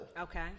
Okay